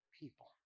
people